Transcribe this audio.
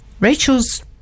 Rachel's